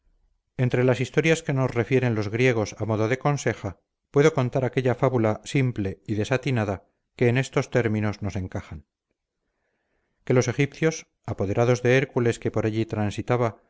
entre las historias que nos refieren los griegos a modo de conseja puedo contar aquella fábula simple y desatinada que en estos términos nos encajan que los egipcios apoderados de hércules que por allí transitaba